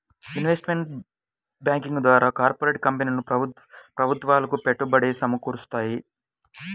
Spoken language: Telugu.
ఇన్వెస్ట్మెంట్ బ్యాంకింగ్ ద్వారా కార్పొరేట్ కంపెనీలు ప్రభుత్వాలకు పెట్టుబడి సమకూరుత్తాయి